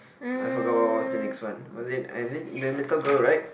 I forgot what was the next one was it ah is it the little girl right